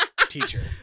teacher